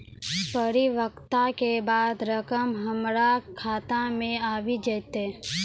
परिपक्वता के बाद रकम हमरा खाता मे आबी जेतै?